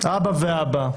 אבא ואבא,